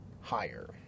higher